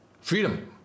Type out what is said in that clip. Freedom